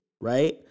Right